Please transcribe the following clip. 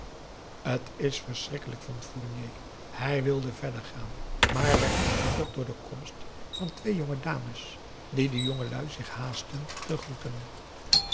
t is verschrikkelijk vond fournier hij wilde verder gaan maar werd verhinderd door de komst van twee jonge dames die de jongelui zich haastten te groeten